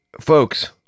folks